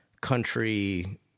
country